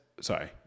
Sorry